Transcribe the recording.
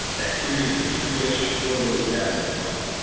bacteria in a petri dish, or lily pads on a pond.